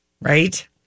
right